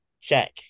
check